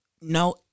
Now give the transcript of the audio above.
no